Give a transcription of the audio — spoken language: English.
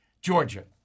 Georgia